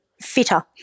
fitter